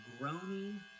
groaning